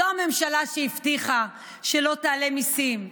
זו הממשלה שהבטיחה שלא תעלה מיסים,